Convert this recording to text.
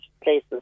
places